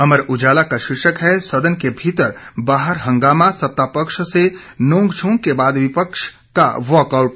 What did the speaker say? अमर उजाला का शीर्षक है सदन के भीतर बाहर हंगामा सत्ता पक्ष से नोकझोंक के बाद विपक्ष का वॉकआउट